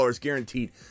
guaranteed